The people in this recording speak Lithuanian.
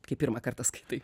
kai pirmą kartą skaitai